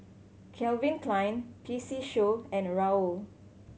Calvin Klein P C Show and Raoul